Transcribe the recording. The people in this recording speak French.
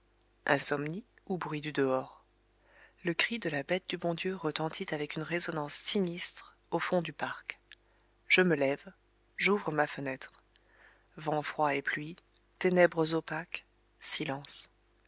insomnie ou bruit du dehors le cri de la bête du bon dieu retentit avec une résonance sinistre au fond du parc je me lève j'ouvre ma fenêtre ténèbres opaques silence